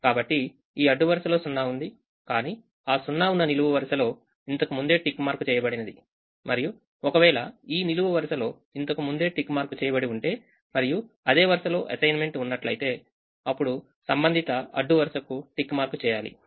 కాబట్టి ఈఅడ్డు వరుసలో సున్నా ఉంది కానీ ఆ 0ఉన్న నిలువు వరుసలో ఇంతకు ముందేటిక్ మార్క్ చేయబడినది మరియు ఒకవేళ ఈ నిలువు వరుసలో ఇంతకు ముందే టిక్ మార్క్ చేయబడి ఉంటే మరియు అదే వరుసలో అసైన్మెంట్ ఉన్నట్లయితే అప్పుడు సంబంధిత అడ్డు వరుసకు టిక్ మార్క్చేయాలి